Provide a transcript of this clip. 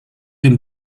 dem